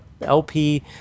LP